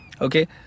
Okay